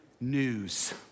news